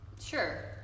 Sure